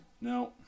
No